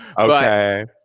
Okay